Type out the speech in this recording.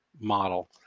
model